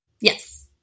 Yes